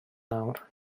nawr